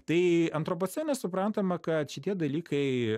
tai antropocene suprantama kad šitie dalykai